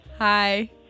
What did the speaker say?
Hi